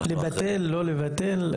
לבטל לא לבטל,